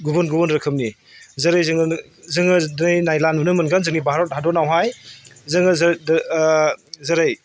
गुबुन गुबुन रोखोमनि जेरै जोङो जोङो दिनै नायब्ला नुनो मोनगोन जोंनि भारत हाददनावहाय जोङो जेरै